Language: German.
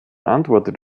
antwortet